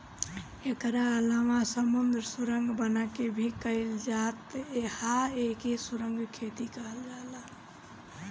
एकरा अलावा समुंदर सुरंग बना के भी कईल जात ह एके सुरंग खेती कहल जाला